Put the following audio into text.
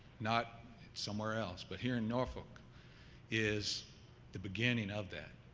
not somewhere else, but here in norfolk is the beginning of that.